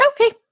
Okay